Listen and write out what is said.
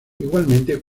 igualmente